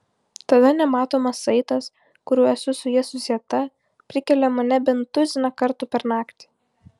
tada nematomas saitas kuriuo esu su ja susieta prikelia mane bent tuziną kartų per naktį